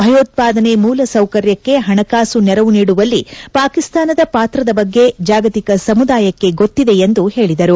ಭಯೋತ್ತಾದನೆ ಮೂಲಸೌಕರ್ಯಕ್ಕೆ ಪಣಕಾಸು ನೆರವು ನೀಡುವಲ್ಲಿ ಪಾಕಿಸ್ತಾನದ ಪಾತ್ರದ ಬಗ್ಗೆ ಜಾಗತಿಕ ಸಮುದಾಯಕ್ಕೆ ಗೊತ್ತಿದೆ ಎಂದು ಅವರು ಹೇಳಿದರು